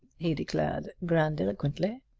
he declared grandiloquently.